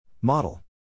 Model